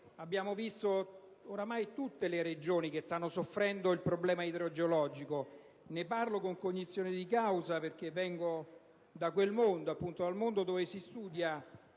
abbiamo visto che ormai tutte le Regioni stanno soffrendo il dissesto idrogeologico. Ne parlo con cognizione di causa perché vengo da quel mondo, un mondo dove si studia